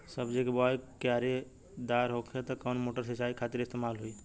सब्जी के बोवाई क्यारी दार होखि त कवन मोटर सिंचाई खातिर इस्तेमाल होई?